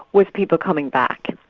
was people coming back.